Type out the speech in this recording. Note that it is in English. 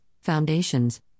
foundations